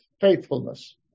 faithfulness